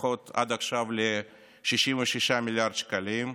עד 66 מיליארד שקלים.